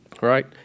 Right